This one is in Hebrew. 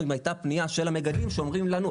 אם הייתה פנייה של המגדלים שאומרים לנו,